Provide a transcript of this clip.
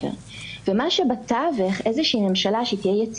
זה הייתה שבג"צ,